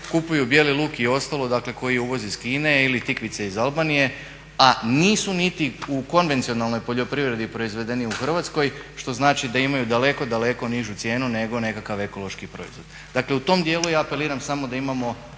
kupuju bijeli luk i ostalo koji je uvoz iz Kine ili tikvice iz Albanije a nisu niti u konvencionalnoj poljoprivredi proizvedeni u Hrvatskoj što znači da imaju daleko, daleko nižu cijenu nego nekakav ekološki proizvod. Dakle, u tom dijelu ja apeliram samo da imamo